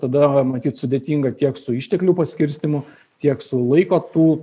tada matyt sudėtinga tiek su išteklių paskirstymu tiek su laiko tų